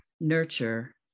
nurture